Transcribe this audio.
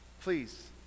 Please